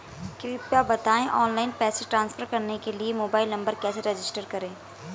कृपया बताएं ऑनलाइन पैसे ट्रांसफर करने के लिए मोबाइल नंबर कैसे रजिस्टर करें?